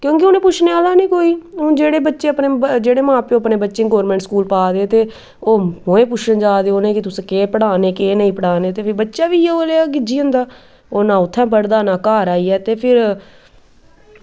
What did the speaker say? क्योंकि उ'नें पुच्छने आह्ला निं कोई हून जेह्ड़े बच्चे जेह्ड़े मा प्यो अपने बच्चें ई गौरमैंट स्कूल पा दे ते ओह् मोए पुच्छन जा दे उ'नें कि तुस केह् पढ़ै ने ते केह् नेईं पढ़ै ने ते फ्ही बच्चा बी इ'यो नेहा गिज्झी जंदा ओह् ना उत्थै पढ़दा ते ना घर आइयै ते फिर